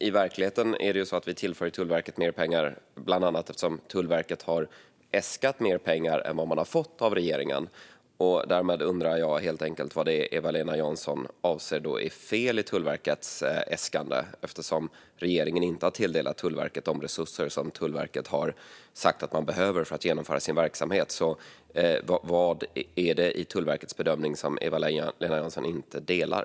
I verkligheten är det ju så att vi tillför Tullverket mer pengar bland annat därför att Tullverket har äskat mer pengar än vad man har fått av regeringen. Därmed undrar jag helt enkelt vad Eva-Lena Jansson menar är fel i Tullverkets äskande, eftersom regeringen inte har tilldelat Tullverket de resurser som Tullverket har sagt att man behöver för att genomföra sin verksamhet. Vad är det i Tullverkets bedömning som Eva-Lena Jansson inte delar?